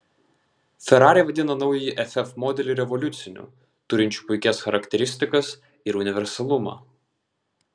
ferrari vadina naująjį ff modelį revoliuciniu turinčiu puikias charakteristikas ir universalumą